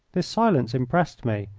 this silence impressed me.